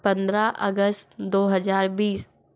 पंद्रह अगस दो हज़ार बीस